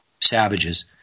savages